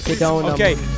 Okay